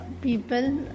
people